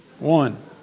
One